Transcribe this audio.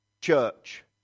church